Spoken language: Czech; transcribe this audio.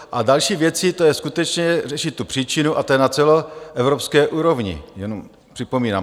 A další věcí, to je skutečně řešit tu příčinu, a to je na celoevropské úrovni, připomínám.